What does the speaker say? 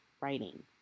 writing